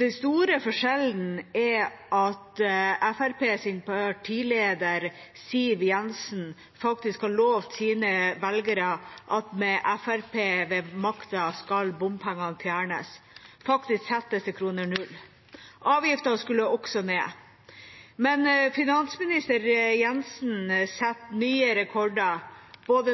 Den store forskjellen er at Fremskrittspartiets partileder, Siv Jensen, faktisk har lovd sine velgere at med Fremskrittspartiet ved makta skal bompengene fjernes – faktisk settes til kr 0. Avgiftene skulle også ned. Men finansminister Jensen setter nye rekorder